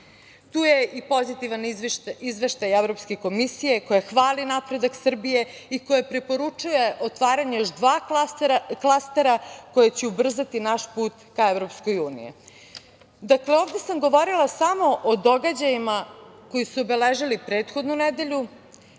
je i pozitivan izveštaj Evropske komisije koja hvali napredak Srbije i koja preporučuje otvaranje još dva klastera koji će ubrzati naš put ka EU.Dakle, ovde sam govorila samo o događajima koji su obeležili prethodnu nedelju.